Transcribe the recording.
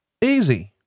Easy